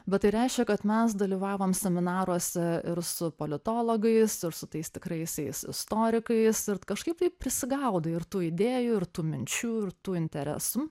bet tai reiškia kad mes dalyvavom seminaruose ir su politologais ir su tais tikraisiais istorikais ir kažkaip taip prisigaudai ir tų idėjų ir tų minčių ir tų interesų